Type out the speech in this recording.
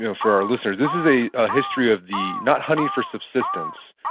you know for our listeners, this is a ah history of the not hunting for subsistence,